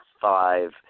five